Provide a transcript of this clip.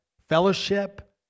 fellowship